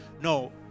no